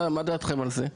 מה דעתכם על זה?